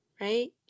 right